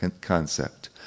concept